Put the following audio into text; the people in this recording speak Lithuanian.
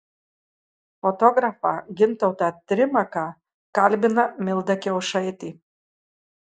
fotografą gintautą trimaką kalbina milda kiaušaitė